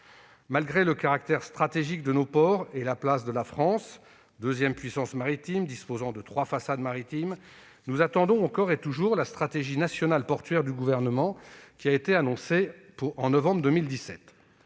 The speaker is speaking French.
Malgré le caractère stratégique de nos ports et la place de la France, deuxième puissance maritime mondiale, qui dispose de trois façades maritimes, nous attendons encore et toujours la stratégie nationale portuaire du Gouvernement, annoncée en novembre 2017.